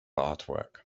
artwork